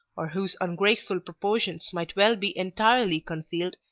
or whose ungraceful proportions might well be entirely concealed,